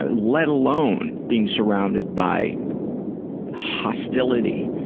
ah let alone being surrounded by hostility,